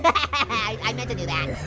but i meant to do that.